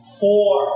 four